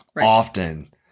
often